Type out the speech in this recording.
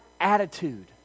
attitude